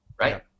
right